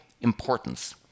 importance